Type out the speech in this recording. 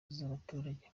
z’abaturage